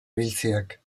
ibiltzeak